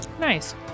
Nice